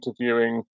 interviewing